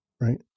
right